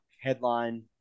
headline